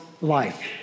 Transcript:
life